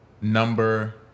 number